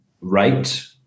right